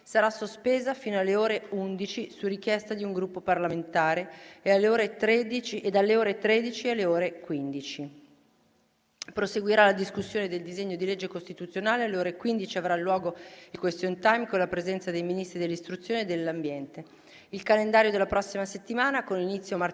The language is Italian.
dalle ore 13 alle ore 15. Nella seduta di domani, a partire dalle ore 9 e fino alle ore 15, proseguirà la discussione del disegno di legge costituzionale. Alle ore 15 avrà luogo il *question time*, con la presenza dei Ministri dell'istruzione e dell'ambiente. Il calendario della prossima settimana, con inizio martedì